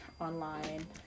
online